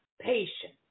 patience